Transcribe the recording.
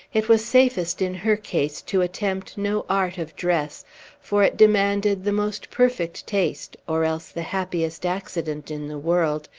it was safest, in her case, to attempt no art of dress for it demanded the most perfect taste, or else the happiest accident in the world,